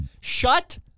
Shut